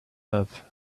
love